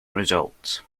results